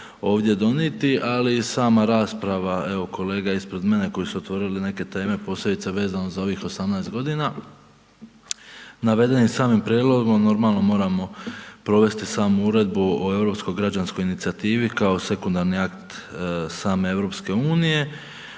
ovdje donijeti ali i sama rasprava evo kolega ispred mene koji su otvorili neke teme posebice vezano za ovih 18 godina. Navedenim samim prijedlogom normalno moramo provesti samu Uredbu o europsko građanskoj inicijativi kao sekundarni akt same EU, uskladiti